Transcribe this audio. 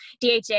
DHA